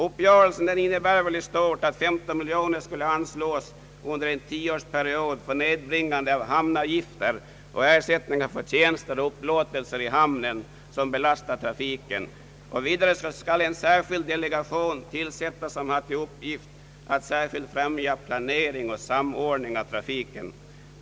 Uppgörelsen innebär väl i stort, att 15 miljoner kronor anslås under en tioårsperiod för nedbringande av hamnavgifter och ersättningar för tjänster och upplåtelser i hamnen som belastar trafiken. Vidare skall en särskild delegation tillsättas som har till uppgift att speciellt främja planering och samordning av trafiken.